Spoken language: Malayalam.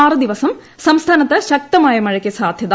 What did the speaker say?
ആറ് ദിവസം സംസ്ഥാനത്ത് ശക്തമായ മഴയ്ക്ക് സാധ്യത